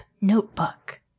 Notebook